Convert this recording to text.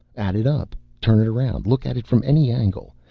add it up. turn it around. look at it from any angle.